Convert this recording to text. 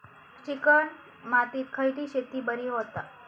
Chicken मातीत खयली शेती बरी होता?